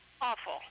awful